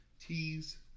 teas